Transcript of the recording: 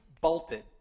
bolted